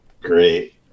Great